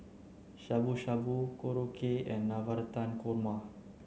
Shabu Shabu Korokke and Navratan Korma